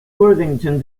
worthington